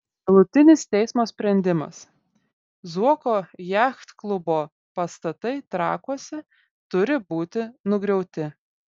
galutinis teismo sprendimas zuoko jachtklubo pastatai trakuose turi būti nugriauti